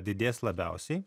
didės labiausiai